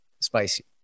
spicy